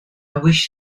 wish